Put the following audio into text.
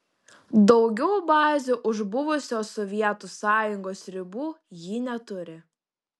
daugiau bazių už buvusios sovietų sąjungos ribų ji neturi